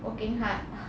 working hard